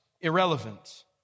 irrelevant